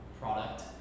product